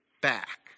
back